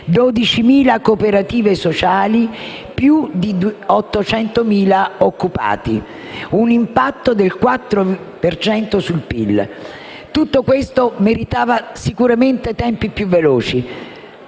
12.000 cooperative sociali, più di 800.000 occupati: un impatto del 4 per cento sul PIL. Tutto questo meritava sicuramente tempi più veloci,